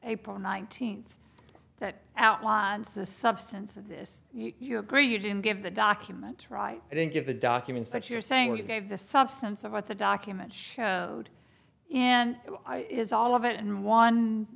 april nineteenth that outlines the substance of this you agree you didn't give the document right and then give the documents that you're saying you gave the substance of what the document showed and is all of it and one